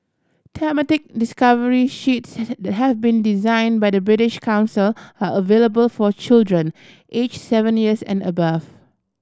thematic discovery sheets it's that has been design by the British Council are available for children age seven years and above